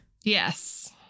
Yes